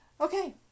Okay